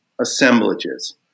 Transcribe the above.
assemblages